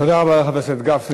תודה רבה לחבר הכנסת גפני.